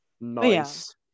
Nice